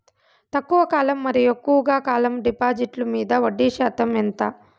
తక్కువ కాలం మరియు ఎక్కువగా కాలం డిపాజిట్లు మీద వడ్డీ శాతం ఎంత?